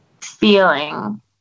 feeling